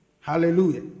Hallelujah